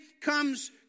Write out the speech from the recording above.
comes